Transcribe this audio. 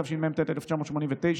התשמ"ט 1989,